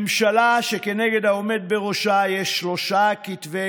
ממשלה שכנגד העומד בראשה יש שלושה כתבי